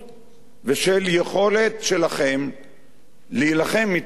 ושל יכולת שלכם להילחם מצד אחד